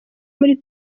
muri